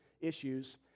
issues